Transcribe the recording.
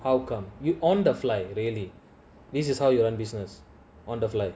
how come you on the flight really this is how you want business on the flight